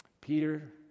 Peter